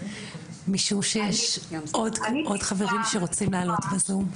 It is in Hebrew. משום שיש עוד חברים שרוצים לעלות בזום.